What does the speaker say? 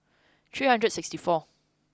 three hundred and sixty four